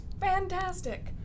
fantastic